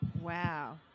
Wow